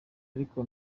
ariko